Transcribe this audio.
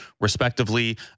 respectively